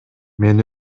мен